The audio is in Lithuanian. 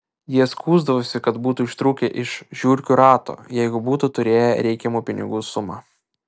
jie skųsdavosi kad būtų ištrūkę iš žiurkių rato jeigu būtų turėję reikiamą pinigų sumą